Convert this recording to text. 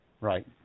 Right